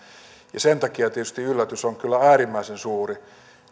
tämän sen takia tietysti yllätys on kyllä äärimmäisen suuri